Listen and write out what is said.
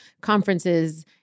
conferences